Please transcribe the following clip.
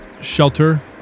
Shelter